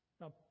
Now